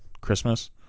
Christmas